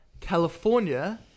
California